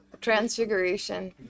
transfiguration